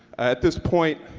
at this point,